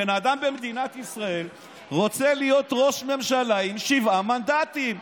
בן אדם במדינת ישראל רוצה להיות ראש ממשלה עם שבעה מנדטים.